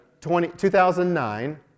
2009